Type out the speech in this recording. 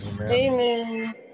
Amen